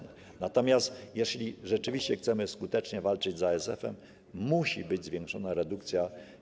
Natomiast jeśli rzeczywiście chcemy skutecznie walczyć z ASF-em, to musi być zwiększona redukcja.